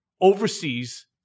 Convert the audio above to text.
overseas